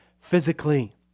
physically